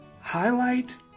highlight